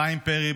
חיים פרי,